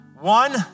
One